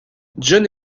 jon